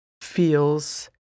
feels